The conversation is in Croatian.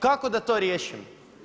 Kako da to riješim?